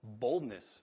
boldness